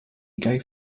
gave